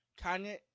Kanye